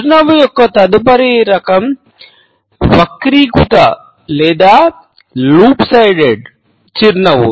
చిరునవ్వు యొక్క తదుపరి రకం వక్రీకృత చిరునవ్వు